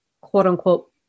quote-unquote